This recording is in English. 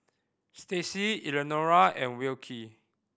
Stacie Elenora and Wilkie